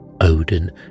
Odin